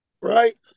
Right